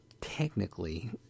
technically